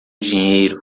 dinheiro